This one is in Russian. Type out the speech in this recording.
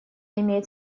имеет